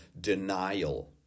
denial